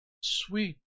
sweet